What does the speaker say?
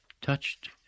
Touched